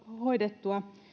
hoidettua